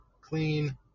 clean